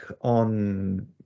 on